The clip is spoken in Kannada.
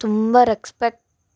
ತುಂಬ ರೆಕ್ಸ್ಪೆಕ್ಟ್